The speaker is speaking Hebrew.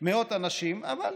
מאות אנשים, אבל